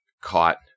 caught